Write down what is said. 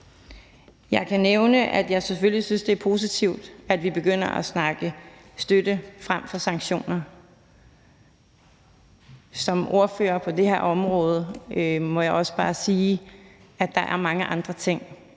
Jeg kan nævne, at jeg selvfølgelig synes, det er positivt, at vi begynder at snakke støtte frem for sanktioner. Som ordfører på det her område må jeg også bare sige, at der er mange andre ting